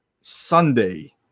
Sunday